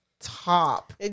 Top